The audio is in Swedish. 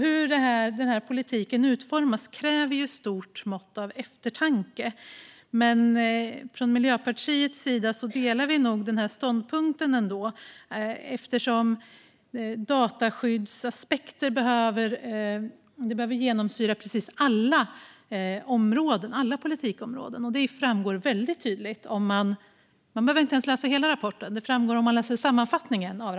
Hur politiken bör utformas kräver ett stort mått av eftertanke, men från Miljöpartiets sida delar vi ståndpunkten eftersom dataskyddsaspekter måste genomsyra precis alla politikområden. Det framgår tydligt av sammanfattningen. Man behöver alltså inte läsa hela